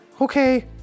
Okay